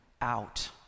out